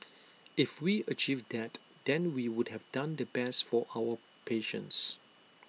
if we achieve that then we would have done the best for our patients